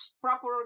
proper